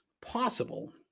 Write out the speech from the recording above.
possible